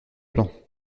plan